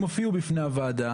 הם הופיעו בפני הוועדה,